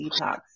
detox